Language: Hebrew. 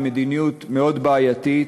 היא מדיניות מאוד בעייתית.